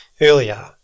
earlier